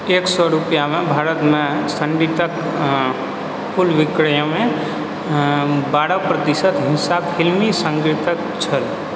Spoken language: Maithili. एक सए रुपआमे भारतमे सङ्गीतके कुल विक्रयमे बारह प्रतिशत हिस्सा फ़िल्मी सङ्गीतके छल